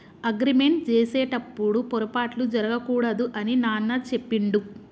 agreement చేసేటప్పుడు పొరపాట్లు జరగకూడదు అని నాన్న చెప్పిండు